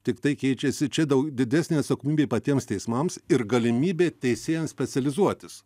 tiktai keičiasi čia dau didesnė atsakomybė patiems teismams ir galimybė teisėjams specializuotis